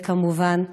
וכמובן,